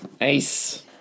Ace